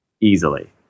easily